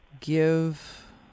give